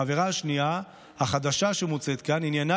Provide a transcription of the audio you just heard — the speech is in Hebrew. העבירה השנייה החדשה שמוצעת כאן עניינה